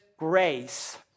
grace